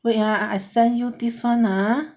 wait ah I I send you this one ah